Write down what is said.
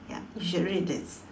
ya you should read this